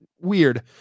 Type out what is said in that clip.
Weird